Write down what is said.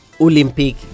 Olympic